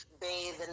bathe